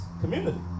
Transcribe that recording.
community